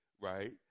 right